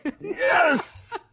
Yes